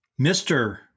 Mr